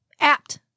apt